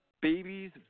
babies